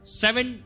seven